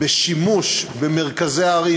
בשימוש במרכזי ערים,